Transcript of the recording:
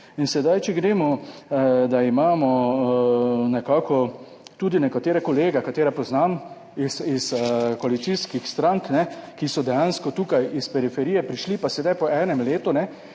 In sedaj, če gremo, da imamo nekako tudi nekatere kolege, katere poznam iz koalicijskih strank, ki so dejansko tukaj iz periferije prišli pa sedaj po enem letu